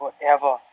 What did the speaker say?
forever